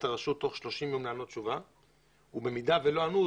את הרשות לענות תשובה תוך 30 ימים ובמידה ולא ענתה,